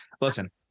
listen